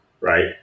right